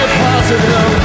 positive